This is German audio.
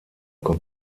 kommt